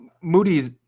Moody's